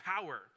power